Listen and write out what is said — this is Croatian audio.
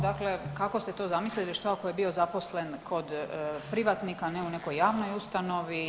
Dakle kako ste to zamislili što ako je bio zaposlen kod privatnika, a ne u nekoj javnoj ustanovi?